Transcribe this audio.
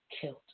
killed